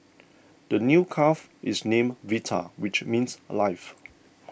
the new calf is named Vita which means life